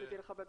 כן,